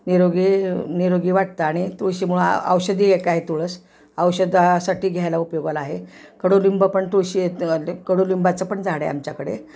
निरोगी निरोगी वाटतं आणि तुळशीमुळं औषधी एक आहे तुळस औषधासाठी घ्यायला उपयोगाला आहे कडुलिंब पण तुळशी येत कडुलिंबाचं पण झाडं आहे आमच्याकडे